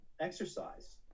exercise